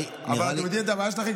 אבל אתם יודעים מה הבעיה שלכם?